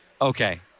okay